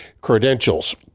credentials